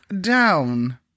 down